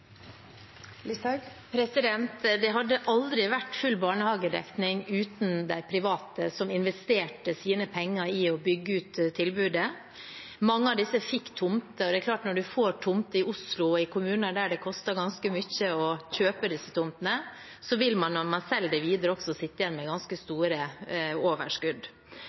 Det hadde aldri vært full barnehagedekning uten de private som investerte sine penger i å bygge ut tilbudet. Mange av disse fikk tomter, og det er klart at når man får tomt i Oslo – en kommune der det koster ganske mye å kjøpe disse tomtene – vil man, når man selger videre, sitte igjen med ganske store overskudd.